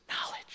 knowledge